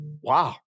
wow